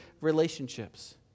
relationships